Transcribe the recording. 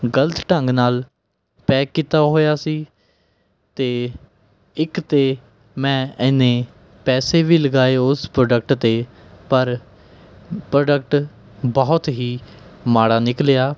ਗ਼ਲਤ ਢੰਗ ਨਾਲ਼ ਪੈਕ ਕੀਤਾ ਹੋਇਆ ਸੀ ਅਤੇ ਇੱਕ ਤਾਂ ਮੈਂ ਐਨੇ ਪੈਸੇ ਵੀ ਲਗਾਏ ਉਸ ਪ੍ਰੋਡਕਟ 'ਤੇ ਪਰ ਪ੍ਰੋਡਕਟ ਬਹੁਤ ਹੀ ਮਾੜਾ ਨਿਕਲ਼ਿਆ